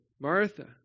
Martha